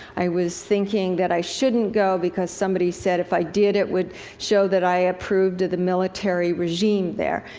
i was thinking that i shouldn't go because somebody said, if i did, it would show that i approved of the military regime there.